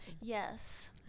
Yes